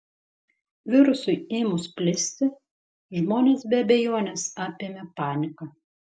virusui ėmus plisti žmonės be abejonės apėmė panika